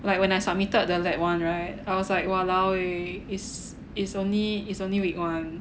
like when I submitted the lab one right I was like walao eh is is only is only week one